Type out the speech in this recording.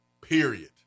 period